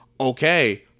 Okay